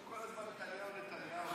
כל הזמן "נתניהו, נתניהו".